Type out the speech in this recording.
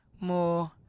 more